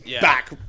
back